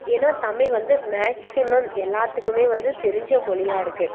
ஏன்னால் தமிழ் வந்து மேக்ஸிமம் எல்லாத்துக்குமே வந்து தெரிஞ்ச மொழியா இருக்குது